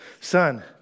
son